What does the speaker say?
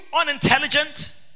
unintelligent